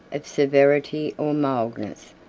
of severity or mildness,